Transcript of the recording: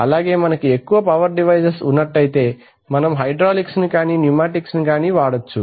అలాగే మనకి ఎక్కువ పవర్ డివైసెస్ ఉన్నట్లయితే మనం హైడ్రాలిక్స్ కానీ న్యుమాటిక్ కానీ వాడొచ్చు